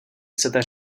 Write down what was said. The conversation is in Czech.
chcete